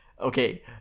Okay